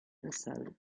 nasal